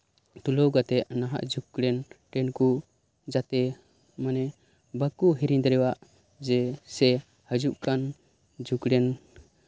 ᱛᱩᱞᱟᱹᱣ ᱠᱟᱛᱮᱫ ᱱᱟᱦᱟᱜ ᱡᱩᱜᱽ ᱨᱮᱱ ᱡᱟᱛᱮ ᱢᱟᱱᱮ ᱵᱟᱠᱚ ᱦᱤᱲᱤᱧ ᱫᱟᱲᱮᱭᱟᱜ ᱡᱮ ᱦᱤᱡᱩᱜ ᱠᱟᱱ ᱫᱤᱱ ᱨᱮᱱ